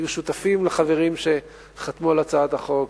היו שותפים לחברים שחתמו על הצעת החוק,